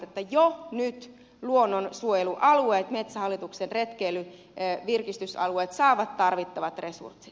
että jo nyt luonnonsuojelualueet metsähallituksen retkeily ja virkistysalueet saavat tarvittavat resurssit